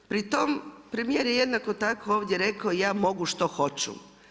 Pri tom, premjer je jednako tako ovdje rekao, ja mogu što hoću.